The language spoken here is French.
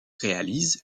réalise